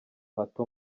hato